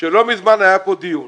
שלא מזמן היה כאן דיון